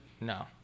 No